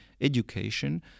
education